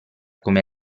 come